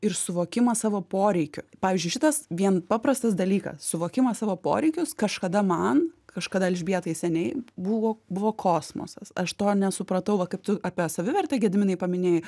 ir suvokimą savo poreikių pavyzdžiui šitas vien paprastas dalykas suvokimas savo poreikius kažkada man kažkada elžbietai seniai buvo buvo kosmosas aš to nesupratau va kaip tu apie savivertę gediminai paminėjai